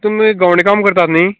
तुमी गोवणे काम करतात न्ही